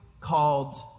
called